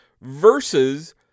versus